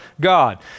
God